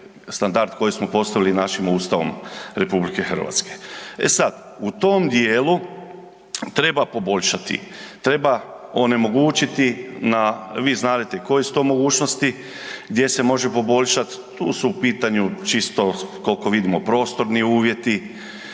koji smo postavili našim Ustavom RH. E sad, u tom dijelu treba poboljšati, treba onemogućiti na, vi znadete koje su to mogućnosti, gdje se može poboljšati, tu su u pitanju čisto koliko vidimo prostorni uvjeti